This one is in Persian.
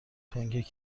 تنگ